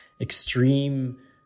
extreme